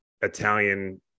Italian